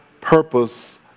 purpose